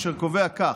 אשר קובע כך: